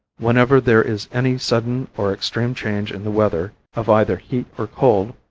whenever there is any sudden or extreme change in the weather of either heat or cold,